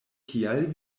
kial